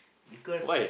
because